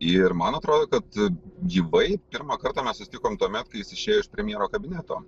ir man atrodo kad gyvai pirmą kartą mes susitikom tuomet kai jis išėjo iš premjero kabineto